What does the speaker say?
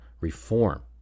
reform